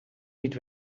niet